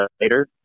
later